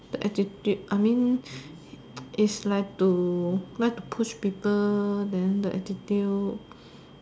the attitude I mean is like to like to push people then the attitude